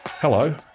Hello